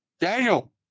Daniel